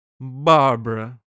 Barbara